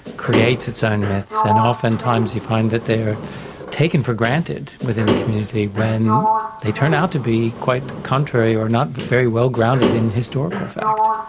creates its own myths, and often at times you find that they're taken for granted within the community when they turn out to be quite contrary or not very well grounded in historical fact.